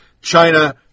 China